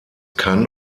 kann